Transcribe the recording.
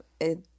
it-